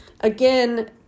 Again